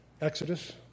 Exodus